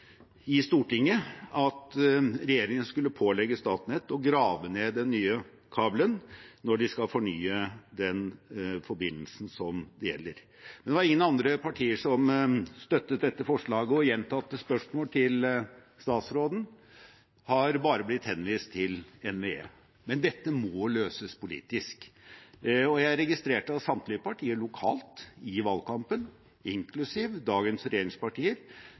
i Stortinget at regjeringen skulle pålegge Statnett å grave ned den nye kabelen når de skal fornye den forbindelsen som dette gjelder. Det var ingen andre partier som støttet dette forslaget, og gjentatte spørsmål til statsråden har bare blitt henvist til NVE. Men dette må løses politisk. Jeg registrerte at samtlige partier lokalt i valgkampen, inklusiv dagens regjeringspartier,